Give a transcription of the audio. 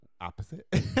opposite